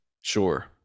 Sure